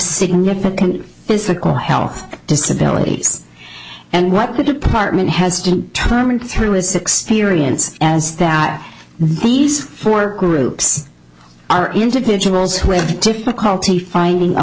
significant physical health disability and what we department has determined through his experience as that these four groups are individuals who have difficulty finding a